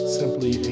simply